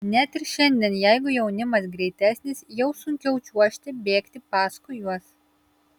net ir šiandien jeigu jaunimas greitesnis jau sunkiau čiuožti bėgti paskui juos